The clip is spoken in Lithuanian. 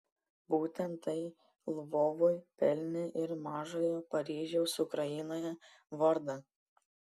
būtent tai lvovui pelnė ir mažojo paryžiaus ukrainoje vardą